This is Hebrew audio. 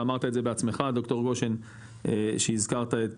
ואמרת את זה בעצמך ד"ר גושן שהזכרת את